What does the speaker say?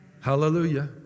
Hallelujah